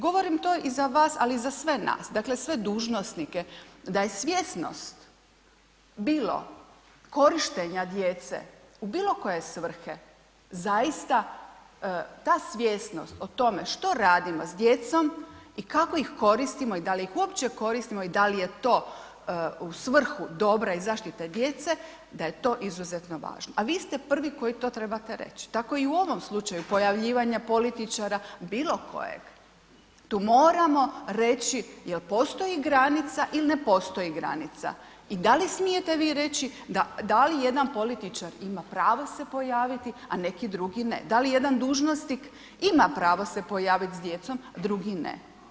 Govorim to i za vas, ali i za sve nas, dakle, sve dužnosnike, da je svjesnost bilo korištenja djece u bilo koje svrhe, zaista ta svjesnost o tome što radimo s djecom i kako ih koristimo i dal ih uopće koristimo i dal je to u svrhu dobra i zaštite djece, da je to izuzetno važno, a vi ste prvi koji to trebate reć, tako i u ovom slučaju pojavljivanja političara bilo kojeg, tu moramo reći jel postoji granici il ne postoji granica i da li smijete vi reći da li jedan političar ima pravo se pojaviti, a neki drugi ne, da li jedan dužnosnik ima pravo se pojavit s djecom, drugi ne.